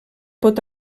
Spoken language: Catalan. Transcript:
pot